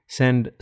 send